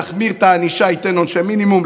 יחמיר את הענישה וייתן עונשי מינימום.